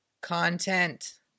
content